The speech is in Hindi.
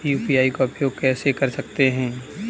यू.पी.आई का उपयोग कैसे कर सकते हैं?